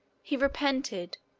he repented.